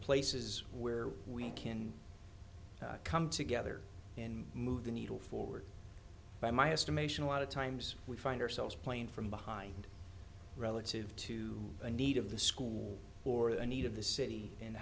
places where we can come together and move the needle forward by my estimation a lot of times we find ourselves playing from behind relative to the need of the school or the need of the city and